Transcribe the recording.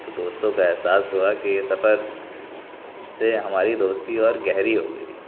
تو دوستوں کا احساس ہوا کہ یہ سفر سے ہماری دوستی اور گہری ہو گئی ہے